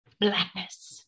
blackness